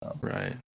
Right